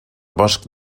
bosc